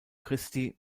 christi